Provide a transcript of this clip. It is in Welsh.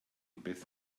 beth